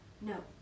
No